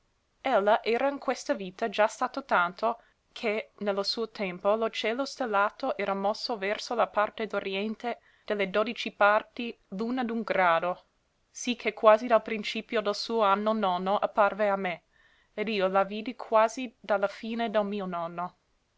chiamare ella era in questa vita già stata tanto che ne lo suo tempo lo cielo stellato era mosso verso la parte d'oriente de le dodici parti l'una d'un grado sì che quasi dal principio del suo anno nono apparve a me ed io la vidi quasi da la fine del mio nono